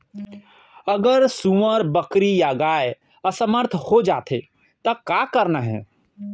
अगर सुअर, बकरी या गाय असमर्थ जाथे ता का करना हे?